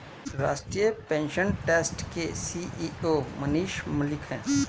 राष्ट्रीय pension trust के CEO Manish Malik है